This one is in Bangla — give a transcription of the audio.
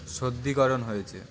শুদ্ধিকরণ হয়েছে